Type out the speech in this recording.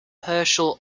herschel